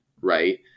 Right